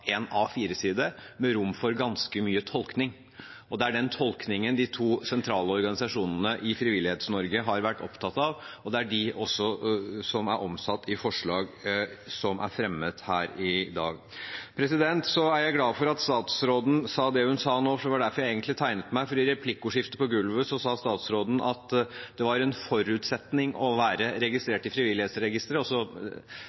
med rom for ganske mye tolkning. Det er den tolkningen de to sentrale organisasjonene i Frivillighets-Norge har vært opptatt av, og det er de som også er omsatt i forslag som er fremmet her i dag. Jeg er glad for at statsråden sa det hun sa nå, for det var egentlig derfor jeg tegnet meg. I replikkordskiftet på gulvet sa statsråden at det var en forutsetning å være